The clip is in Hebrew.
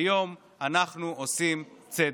היום אנחנו עושים צדק.